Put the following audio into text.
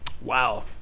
Wow